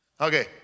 Okay